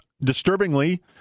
disturbingly